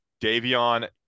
Davion